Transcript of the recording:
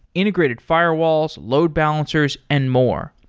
integrated firewalls, load balancers and more.